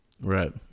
right